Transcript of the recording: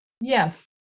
Yes